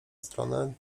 stronę